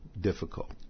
difficult